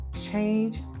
Change